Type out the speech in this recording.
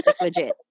legit